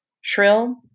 shrill